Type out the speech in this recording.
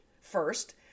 First